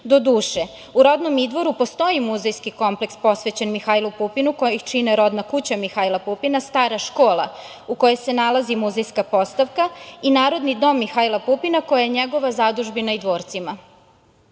Doduše, u rodnom Idvoru postoji muzejski kompleks posvećen Mihajlu Pupinu, koji ih čine rodna kuća Mihajla Pupina, stara škola u kojoj se nalazi muzejska postavka i Narodni dom Mihajla Pupina koje je njegova zadužbina u Idvorcima. Ovu